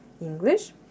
English